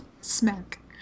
smack